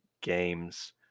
games